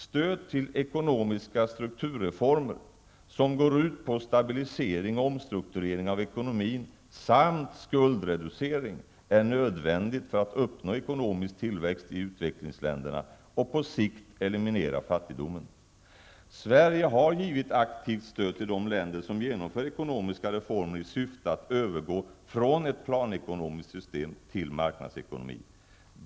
Stöd till ekonomiska strukturreformer, som går ut på en stabilisering och omstrukturering av ekonomin samt skuldreducering, är nödvändigt för att uppnå ekonomisk tillväxt i utvecklingsländerna och på sikt eliminera fattigdomen. Sverige har givit aktivt stöd till de länder som genomför ekonomiska reformer i syfte att övergå från ett planekonomiskt system till marknadsekonomi.